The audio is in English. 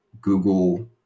Google